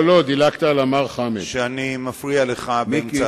לא כשאתה מוציא את החשבונית